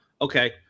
Okay